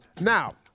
Now